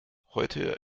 heute